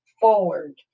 forward